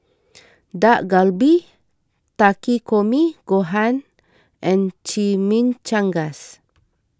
Dak Galbi Takikomi Gohan and Chimichangas